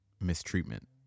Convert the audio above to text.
mistreatment